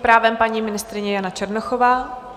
právem paní ministryně Jana Černochová.